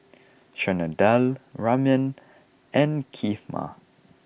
Chana Dal Ramen and Kheema